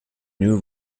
new